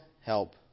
help